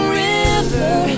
river